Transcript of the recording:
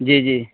جی جی